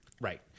Right